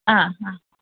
ആ ആ